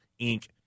Inc